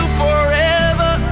forever